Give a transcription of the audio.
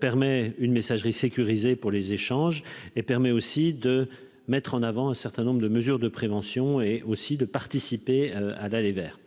permet une messagerie sécurisée pour les échanges et permet aussi de mettre en avant un certain nombre de mesures de prévention et aussi de participer à d'aller vers